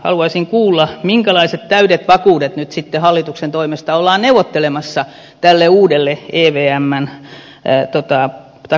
haluaisin kuulla minkälaiset täydet vakuudet nyt sitten hallituksen toimesta ollaan neuvottelemassa tälle uudelle evmn takuupääomalle